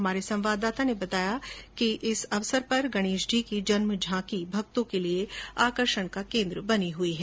हमारे संवाददाता ने बताया कि गणेश जी के जन्म की झांकी भक्तों के लिए विशेष आकर्षण का केन्द्र बनी हुई है